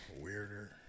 weirder